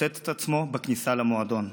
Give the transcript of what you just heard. ופוצץ את עצמו בכניסה למועדון.